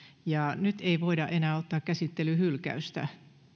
ja nyt ei voida enää ottaa käsittelyyn hylkäystä